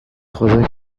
خدا